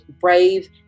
brave